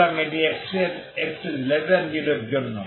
সুতরাং এটি x0এর জন্য